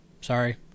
Sorry